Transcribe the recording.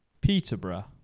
Peterborough